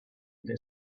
their